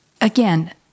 again